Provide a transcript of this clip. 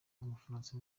w’umufaransa